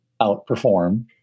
outperform